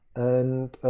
and